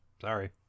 sorry